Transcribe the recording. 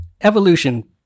evolution